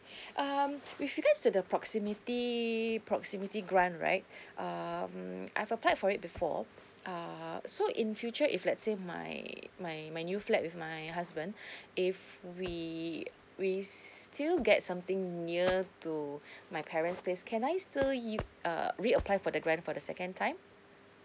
um with regards to the proximity proximity grant right um I've applied for it before ah so in future if let's say my my my new flat with my husband if we we still get something near to my parent's place can I still u~ uh re apply for the grant for the second time